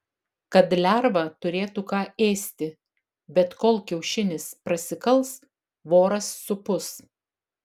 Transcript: kad lerva turėtų ką ėsti bet kol kiaušinis prasikals voras supus